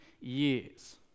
years